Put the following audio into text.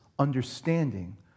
understanding